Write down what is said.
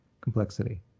complexity